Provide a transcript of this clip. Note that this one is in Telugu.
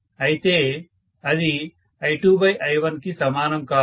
అయితే అది I2I1కి సమానం కాదు